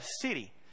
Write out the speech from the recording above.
city